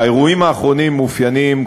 האירועים האחרונים מאופיינים,